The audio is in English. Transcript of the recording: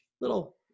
little